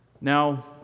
Now